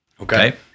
okay